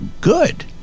good